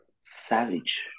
savage